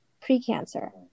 pre-cancer